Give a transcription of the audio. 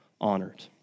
honored